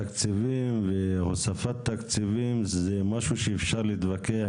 תקציבים והוספת תקציבים זה משהו שאפשר להתווכח